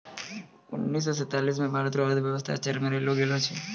उनैस से सैंतालीस मे भारत रो अर्थव्यवस्था चरमरै गेलो छेलै